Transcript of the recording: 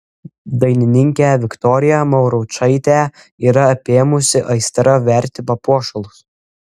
dainininkę viktoriją mauručaitę yra apėmusi aistra verti papuošalus